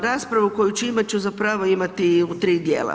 Raspravu koju ću imati ću zapravo imati u tri dijela.